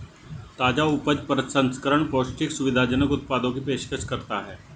ताजा उपज प्रसंस्करण पौष्टिक, सुविधाजनक उत्पादों की पेशकश करता है